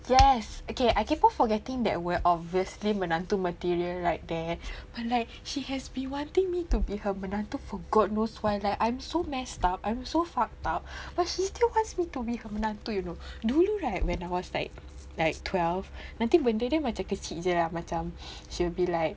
yes okay I keep on forgetting that word obviously menantu material right there but like she has been wanting me to be her menantu for god knows why like I'm so messed up I'm so fucked up but she still wants me to be her menantu you know dulu right when I was like like twelve nanti benda dia macam kecil jer ah macam she will be like